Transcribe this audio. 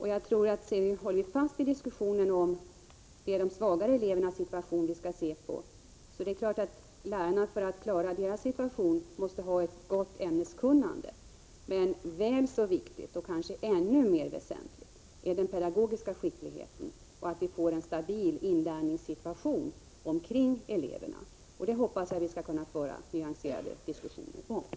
Håller vi fast vid att det är den svagare elevens situation vi skall uppmärksamma är det klart att lärarna måste ha ett gott ämneskunnande. Men väl så viktigt och kanske ännu mer väsentligt är den pedagogiska skickligheten och att vi får en stabil inlärningssituation omkring eleverna. Detta hoppas jag vi skall kunna föra nyanserade diskussioner om.